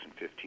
2015